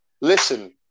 listen